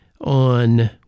on